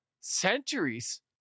centuries